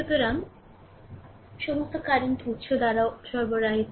সুতরাং সমস্ত কারেন্ট উৎস দ্বারা সরবরাহিত